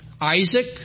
Isaac